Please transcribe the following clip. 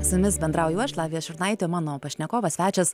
su jumis bendrauju aš lavija šurnaitė o mano pašnekovas svečias